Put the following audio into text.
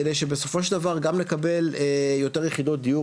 כדי שבסופו של דבר גם נקבל יותר יחידות דיור